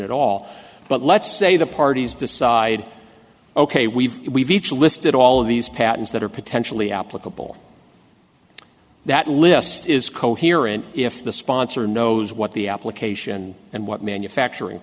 at all but let's say the parties decide ok we've we've each listed all of these patents that are potentially applicable that list is coherent if the sponsor knows what the application and what manufacturing